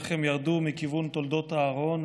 איך הם ירדו מכיוון תולדות אהרון,